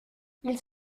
ils